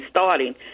starting